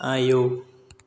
आयौ